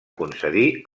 concedir